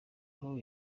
who